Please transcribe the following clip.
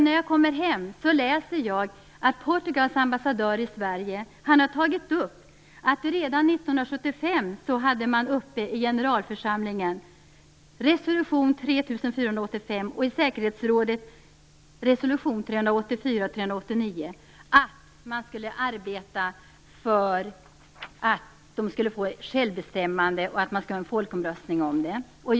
När jag kom hem läste jag att Portugals ambassadör i Sverige har tagit upp att man redan 1975 tog upp resolution 3485 i generalförsamlingen och resolutionerna 384 och 389 i säkerhetsrådet om att man skulle arbeta för att Östtimor skulle få självbestämmande och att en folkomröstning skulle anordnas om detta.